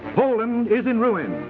poland is in ruins